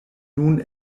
nun